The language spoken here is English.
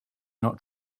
not